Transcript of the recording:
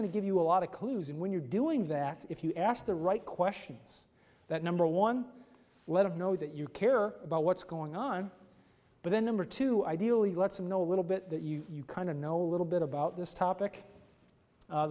to give you a lot of clues and when you're doing that if you ask the right questions that number one let us know that you care about what's going on but then number two ideally lets them know a little bit that you kind of know a little bit about this topic